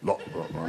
לא, לא, לא.